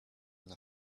the